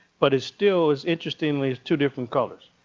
but it still is interestingly is two different colors.